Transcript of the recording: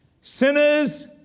Sinners